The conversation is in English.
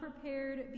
prepared